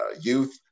youth